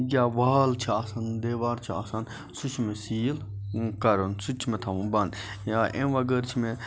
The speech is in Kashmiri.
یا وال چھِ آسان دیوار چھُ آسان سُہ چھُ مےٚ سیٖل کَرُن سُہ تہِ چھُ مےٚ تھاوُن بَنٛد یا امہِ وَغٲر چھِ مےٚ